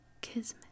Kismet